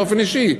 באופן אישי.